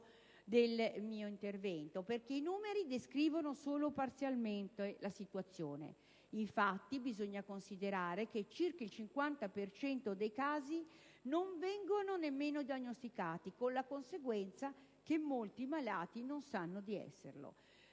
del mio intervento, perché i numeri stessi descrivono solo parzialmente la situazione. Infatti, bisogna considerare che circa il 50 per cento dei casi non viene nemmeno diagnosticato, con la conseguenza che molti malati non sanno di esserlo,